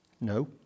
No